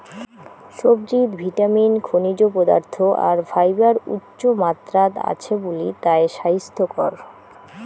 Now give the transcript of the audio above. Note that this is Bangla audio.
সবজিত ভিটামিন, খনিজ পদার্থ আর ফাইবার উচ্চমাত্রাত আছে বুলি তায় স্বাইস্থ্যকর